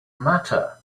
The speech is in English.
matter